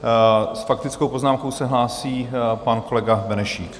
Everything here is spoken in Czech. S faktickou poznámkou se hlásí pan kolega Benešík.